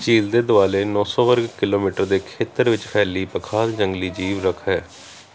ਝੀਲ ਦੇ ਦੁਆਲੇ ਨੌਂ ਸੌ ਵਰਗ ਕਿਲੋਮੀਟਰ ਦੇ ਖੇਤਰ ਵਿੱਚ ਫੈਲੀ ਪਖਾਲ ਜੰਗਲੀ ਜੀਵ ਰੱਖ ਹੈ